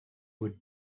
would